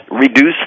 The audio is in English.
Reduce